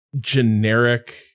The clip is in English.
generic